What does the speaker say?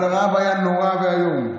אבל הרעב היה נורא ואיום.